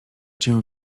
cię